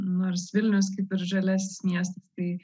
nors vilnius kaip ir žalias miestas tai